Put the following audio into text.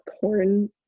corn